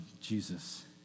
Jesus